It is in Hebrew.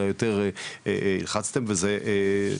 אלא יותר הלחצתם וזה צריך,